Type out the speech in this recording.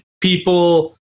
people